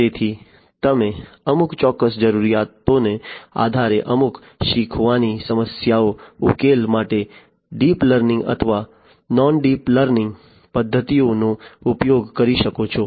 તેથી તમે અમુક ચોક્કસ જરૂરિયાતોને આધારે અમુક શીખવાની સમસ્યાઓ ઉકેલવા માટે ડીપ લર્નિંગ અથવા નોન ડીપ લર્નિંગ પદ્ધતિઓનો ઉપયોગ કરી શકો છો